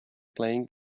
playing